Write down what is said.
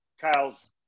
Kyle's